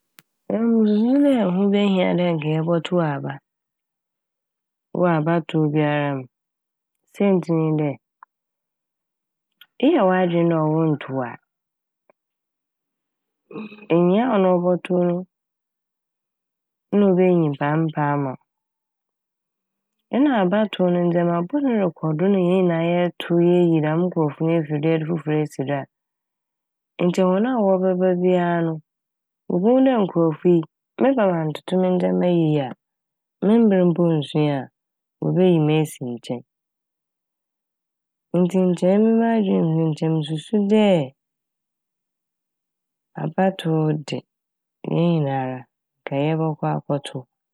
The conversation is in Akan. Emi mususu dɛ ɛho behia dɛ nka yɛbɔtow aba wɔ abatow biara mu. Saintsir nye dɛ eyɛ w'adwen dɛ ɔwɔ nntow a nyia a ɔbɔtow no na obeyi nyimpa a mmpɛ ama wo. Nna abatow no ndzɛma bɔn rokɔ do nna hɛn nyinaa yɛtow yeeyi dɛm nkorɔfo no efi do na yɛde fofor esi do a nkyɛ hɔn a wɔbɛba bia no wobohu dɛ nkorɔfo yi meba manntoto me ndzɛma yie a me mber mpo nnsoe a wobeyi me esi nkyɛn. Ntsi nkyɛ emi m'adwen mu no mususu dɛ abatow de hɛn nyinara nka yɛbɔkɔ akɔtow.